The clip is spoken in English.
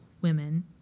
women